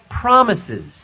promises